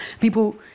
People